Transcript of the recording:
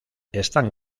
están